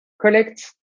collect